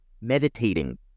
meditating